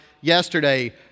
yesterday